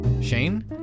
Shane